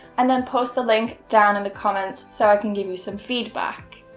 and then post the link down in the comments so i can give you some feedback.